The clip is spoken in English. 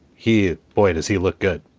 he boy, does he look good?